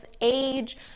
age